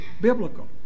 biblical